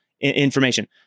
information